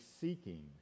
seeking